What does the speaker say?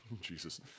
Jesus